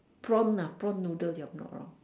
prawn ah prawn noodle if I'm not wrong